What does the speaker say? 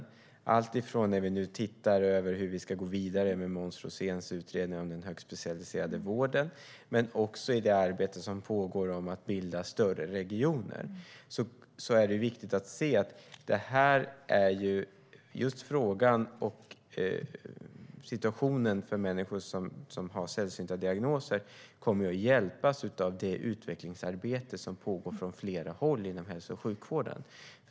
Det handlar om alltifrån att vi ser över hur vi ska gå vidare med Måns Roséns utredning om den högspecialiserade vården till det arbete som pågår med att bilda större regioner. Det är viktigt att se att situationen för människor med sällsynta diagnoser kommer att hjälpas av det utvecklingsarbete som pågår på flera håll inom hälso och sjukvården.